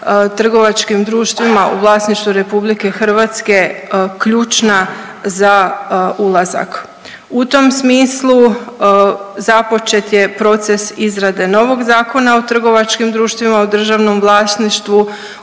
trgovačkim društvima u vlasništvu Republike Hrvatske ključna za ulazak. U tom smislu započet je proces izrade novog Zakona o trgovačkim društvima u državnom vlasništvu.